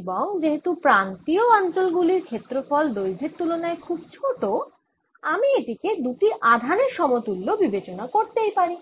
এবং যেহেতু প্রান্তীয় অঞ্চল গুলির ক্ষেত্রফল দৈর্ঘ্যের তুলনায় খুব ছোট আমি এটিকে দুটি আধানের সমতুল্য বিবেচনা করতে পারি